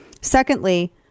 Secondly